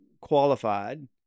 qualified